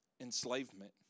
enslavement